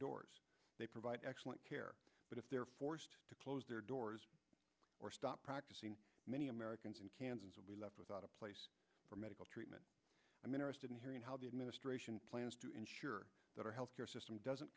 doors they provide excellent care but if they are forced to close their doors or stop many americans in kansas and we left without a place for medical treatment i'm interested in hearing how the administration plans to ensure that our health care system doesn't